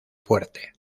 fuerte